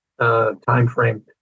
timeframe